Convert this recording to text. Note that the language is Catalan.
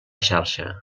xarxa